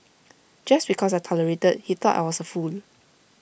just because I tolerated he thought I was A fool